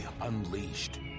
unleashed